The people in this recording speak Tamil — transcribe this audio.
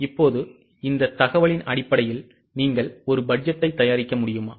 இப்போது இந்த தகவலின் அடிப்படையில் நீங்கள் ஒரு பட்ஜெட்டை தயாரிக்க முடியுமா